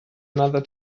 another